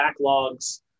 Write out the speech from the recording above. backlogs